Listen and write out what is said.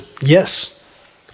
yes